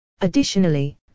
Additionally